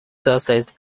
succeeded